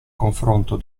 confronto